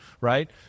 right